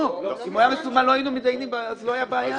לא, אם הוא היה מסומן אז לא הייתה בעיה.